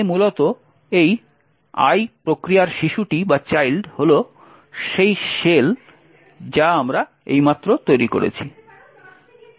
তাই মূলত এই "1" প্রক্রিয়ার শিশুটি হল সেই শেল যা আমরা এইমাত্র তৈরি করেছি